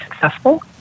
successful